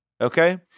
Okay